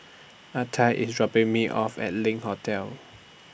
Artie IS dropping Me off At LINK Hotel